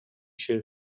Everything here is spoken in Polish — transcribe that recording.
się